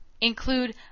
include